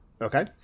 Okay